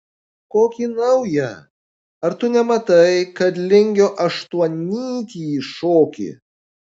kokį naują ar tu nematai kad lingio aštuonnytį šoki